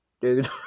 Dude